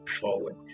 forward